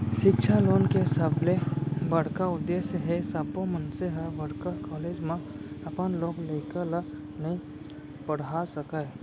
सिक्छा लोन के सबले बड़का उद्देस हे सब्बो मनसे ह बड़का कॉलेज म अपन लोग लइका ल नइ पड़हा सकय